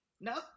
No